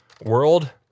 World